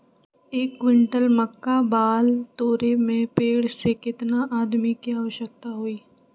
एक क्विंटल मक्का बाल तोरे में पेड़ से केतना आदमी के आवश्कता होई?